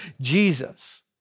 Jesus